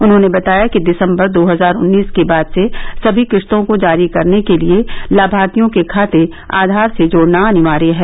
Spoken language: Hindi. उन्होंने बताया कि दिसम्बर दो हजार उन्नीस के बाद से सभी किस्तों को जारी करने के लिए लाभार्थियों के खाते आधार से जोड़ना अनिवार्य है